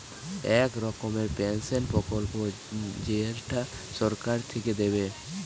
এক রকমের পেনসন প্রকল্প যেইটা সরকার থিকে দিবে